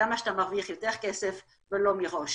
כמה שאתה מרוויח יותר כסף, ולא מראש.